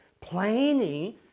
planning